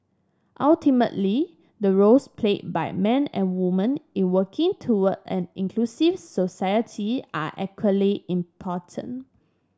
ultimately the roles played by men and women in working toward an inclusive society are equally important